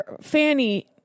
Fanny